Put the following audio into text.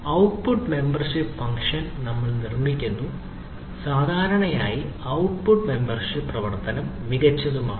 output membership function നമ്മൾ നിർമ്മിക്കുന്നു സാധാരണയായി ഔട്ട്പുട്ട് മെമ്പർഷിപ് പ്രവർത്തനം മികച്ചതുമാണ്